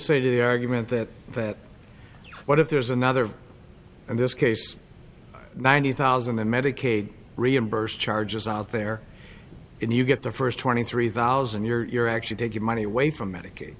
say to the argument that that what if there's another in this case ninety thousand and medicaid reimbursed charges out there and you get the first twenty three thousand you're actually taking money away for medicaid